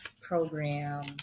program